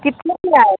कितने की आई था